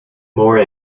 more